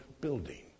building